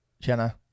Jenna